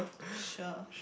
sure